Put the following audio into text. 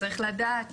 צריך לדעת